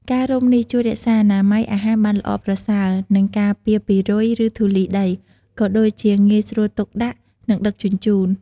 ការរុំនេះជួយ រក្សាអនាម័យ អាហារបានល្អប្រសើរ និងការពារពីរុយ ឬធូលីដី ក៏ដូចជាងាយស្រួលទុកដាក់ និងដឹកជញ្ជូន។